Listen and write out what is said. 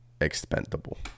expendable